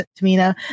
Tamina